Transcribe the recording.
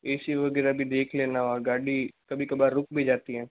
ए C वगैरह भी देख लेना और गाड़ी कभी कभार रुक भी जाती है